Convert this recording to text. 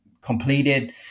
completed